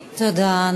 תודה.